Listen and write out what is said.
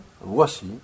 voici